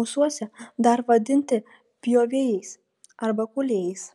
mūsuose dar vadinti pjovėjais arba kūlėjais